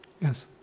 Yes